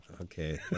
Okay